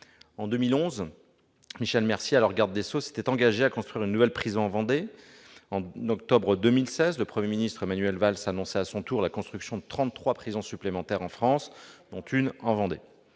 En 2011, Michel Mercier, alors garde des sceaux, s'était engagé à construire une nouvelle prison en Vendée. Au mois d'octobre 2016, le Premier ministre, Manuel Valls, annonçait à son tour la construction de 33 prisons supplémentaires en France, dont une maison